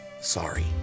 sorry